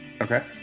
Okay